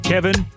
Kevin